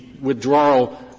withdrawal